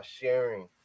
sharing